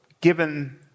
given